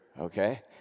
okay